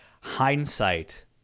hindsight